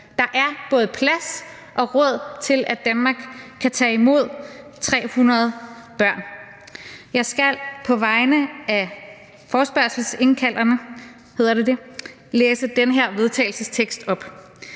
Der er både plads og råd til, at Danmark kan tage imod 300 børn. Jeg skal på vegne af forespørgselsstillerne (EL, RV, SF og